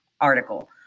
article